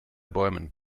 bäumen